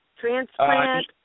transplant